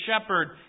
shepherd